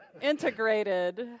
integrated